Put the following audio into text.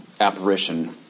apparition